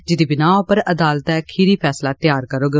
जिदी बिनाह उप्पर अदालत खीरी फैसला तैयार करोग